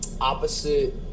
opposite